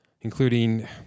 including